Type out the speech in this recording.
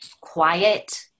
quiet